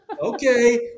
okay